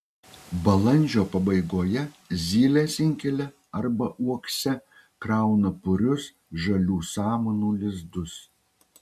balandžio pabaigoje zylės inkile arba uokse krauna purius žalių samanų lizdus